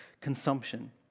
consumption